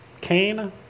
Cain